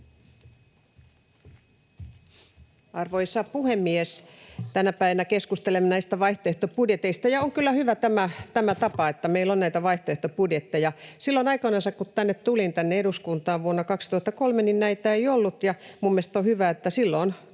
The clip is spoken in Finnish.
Arvoisa puhemies! Tänä päivänä keskustelemme näistä vaihtoehtobudjeteista, ja tämä on kyllä hyvä tapa, että meillä on näitä vaihtoehtobudjetteja. Silloin aikoinansa, kun tulin tänne eduskuntaan, vuonna 2003, näitä ei ollut. Minun mielestäni on hyvä, että silloin